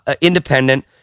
independent